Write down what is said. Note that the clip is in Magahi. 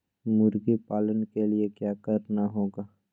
मुर्गी पालन के लिए क्या करना होगा?